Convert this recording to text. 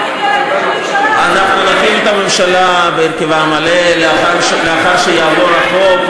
אנחנו נקים את הממשלה בהרכבה המלא לאחר שיעבור החוק,